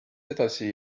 edasi